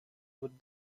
would